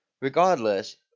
Regardless